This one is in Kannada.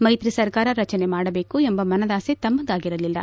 ಮೈತ್ರಿ ಸರ್ಕಾರ ರಚನೆ ಮಾಡಬೇಕು ಎಂಬ ಮನದಾಸೆ ತಮ್ಮದಾಗಿರಲಿಲ್ಲ